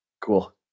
Cool